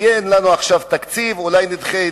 אין לנו עכשיו תקציב וכו'.